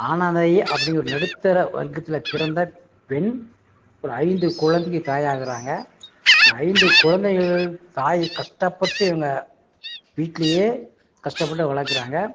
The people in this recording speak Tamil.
ஆனந்தாயி அப்படி ஒரு நடுத்தர வர்கத்தில் பிறந்த பெண் ஒரு ஐந்து குழந்தைக்கு தாயாகுறாங்க அந்த ஐந்து குழந்தைகள் தாய் கஷ்டப்பட்டு இவங்க வீட்லயே கஷ்டப்பட்டு வளர்க்குறாங்க